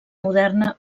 moderna